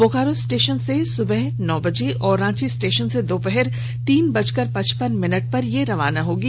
Bokaro station से यह सुबह नौ बजे और रांची स्टेशन से दोपहर तीन बजकर पचपन मिनट पर रवाना होगी